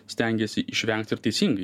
stengiasi išvengti ir teisingai